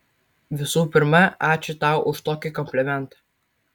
visų pirma ačiū tau už tokį komplimentą